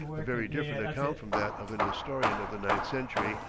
a very different account from that of an historian of the ninth century,